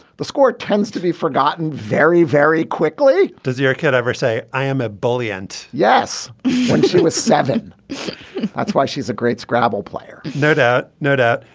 the score tends to be forgotten very very quickly. does your kid ever say i am a bully and yes when she was seven point that's why she's a great scrabble player no doubt no doubt.